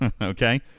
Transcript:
Okay